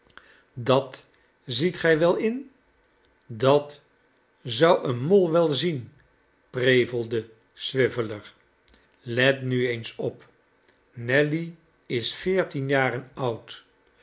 dat ziet gij wel in dat zou een mol wel zien prevelde swiveller let nu eens op nelly is veertien jaren oud